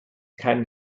keinen